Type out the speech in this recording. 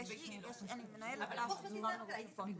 34.הסכמה,